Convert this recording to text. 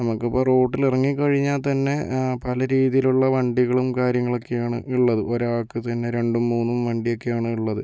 നമുക്കിപ്പോൾ റോട്ടിൽ ഇറങ്ങി കഴിഞ്ഞാൽ തന്നെ പല രീതിയിലുള്ള വണ്ടികളും കാര്യങ്ങളൊക്കെയാണ് ഉള്ളത് ഒരാൾക്ക് തന്നെ രണ്ടും മൂന്നും വണ്ടിയൊക്കെയാണ് ഉള്ളത്